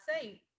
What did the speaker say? say